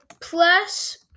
plus